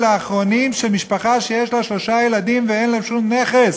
האחרונים של משפחה שיש לה שלושה ילדים ואין להם שום נכס?